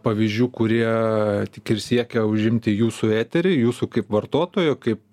pavyzdžių kurie tik ir siekia užimti jūsų eterį jūsų kaip vartotojo kaip